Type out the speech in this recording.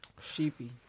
Sheepy